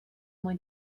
mwy